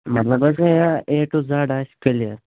مطلب حظ یہِ اےٚ ٹُو زَڈ آسہِ کٔلِیر